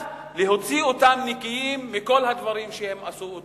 להוציא אותם נקיים מכל הדברים שהם עשו.